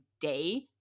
day